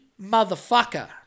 Motherfucker